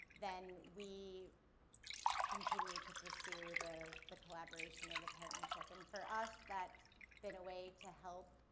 then we continue to pursue the the collaboration or the partnership. and, for us, that's been a way to help